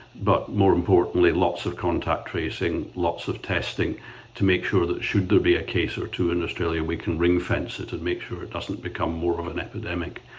but more importantly, lots of contact tracing, lots of testing to make sure that should there be a case or two in australia, we can bring fences and make sure it doesn't become more of an epidemic.